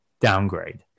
downgrade